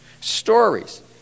stories